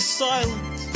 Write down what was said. silent